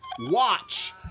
watch